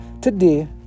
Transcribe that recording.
Today